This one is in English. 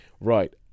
right